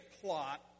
plot